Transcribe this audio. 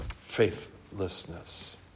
faithlessness